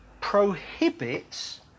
prohibits